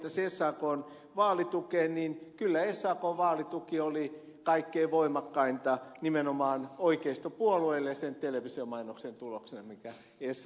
ukkola viittasi sakn vaalitukeen niin kyllä sakn vaalituki oli kaikkein voimakkainta nimenomaan oikeistopuolueille sen televisiomainoksen tuloksena minkä sak maksoi